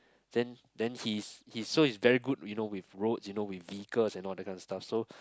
then then he's he's so he's very good you know with roads you know with vehicles and all that kind of stuff so